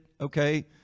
Okay